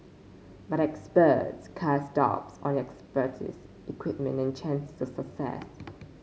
but experts cast doubts on expertise equipment and chances of success